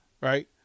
right